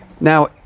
now